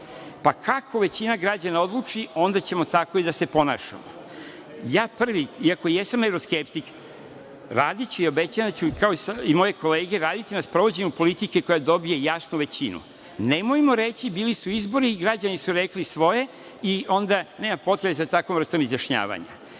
pa kako većina građana odluči tako ćemo i da se ponašamo. Ja prvi, iako jesam evroskeptik, obećavam da ću kao i moje kolege raditi na sprovođenju politike koja dobije jasnu većinu. Nemojmo reći – bili su izbori i građani su rekli svoje. Nema potrebe za takvom vrstom izjašnjavanja.